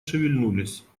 шевельнулись